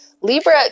Libra